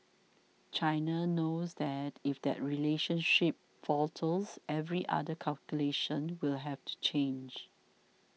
China knows that if that relationship falters every other calculation will have to change